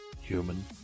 human